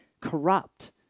corrupt